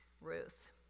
Ruth